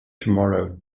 tomorrow